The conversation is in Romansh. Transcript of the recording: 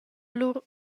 lur